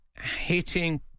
hitting